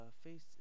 face